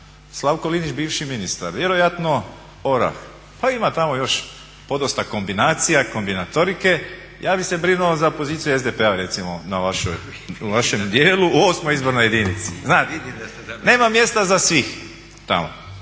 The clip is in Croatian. Slavko Linić bivši ministar, vjerojatno orah. Pa ima tamo još podosta kombinacija, kombinatorike. Ja bih se brinuo za poziciju SDP-a recimo u vašem dijelu u 8. izbornoj jedinici, znate. Nema mjesta za sve tamo,